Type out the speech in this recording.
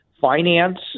finance